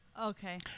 Okay